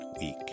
week